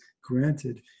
granted